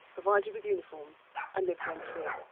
provided with uniforms and lived rent-free.